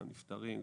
גם נפטרים,